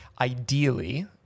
ideally